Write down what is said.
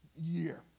year